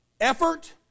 effort